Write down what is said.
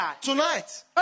Tonight